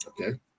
Okay